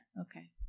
Okay